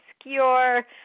obscure